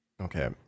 Okay